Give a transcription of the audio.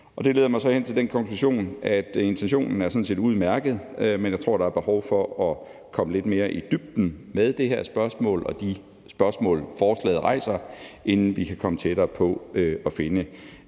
Det leder mig så hen til den konklusion, at intentionen sådan set er udmærket, men jeg tror, at der er behov for at komme lidt mere i dybden med det her spørgsmål og de spørgsmål, forslaget rejser, inden vi kan komme tættere på at finde